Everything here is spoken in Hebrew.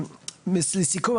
לסיכום.